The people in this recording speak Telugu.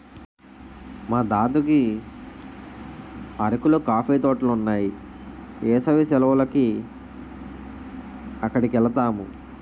మా దద్దకి అరకులో కాఫీ తోటలున్నాయి ఏసవి సెలవులకి అక్కడికెలతాము